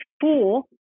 four